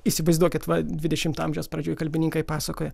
įsivaizduokit va dvidešimto amžiaus pradžioj kalbininkai pasakoja